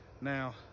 now